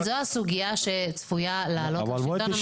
אבל זו הסוגיה שצפויה לעלות לשלטון המקומי.